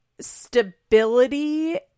stability